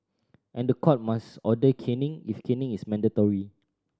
and the court must order caning if caning is mandatory